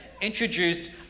introduced